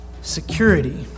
Security